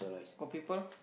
got people